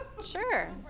sure